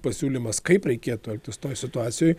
pasiūlymas kaip reikėtų elgtis toj situacijoj